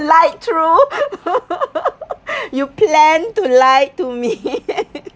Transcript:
lied through you plan to lied to me